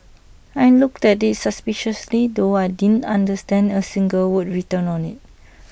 I looked at IT suspiciously though I didn't understand A single word written on IT